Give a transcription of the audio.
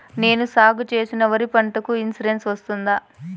నేను సాగు చేసిన వరి పంటకు ఇన్సూరెన్సు వస్తుందా?